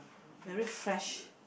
very fresh